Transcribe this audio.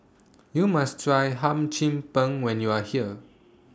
YOU must Try Hum Chim Peng when YOU Are here